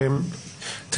אני